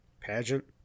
pageant